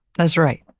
that's right.